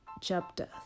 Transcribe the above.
chapter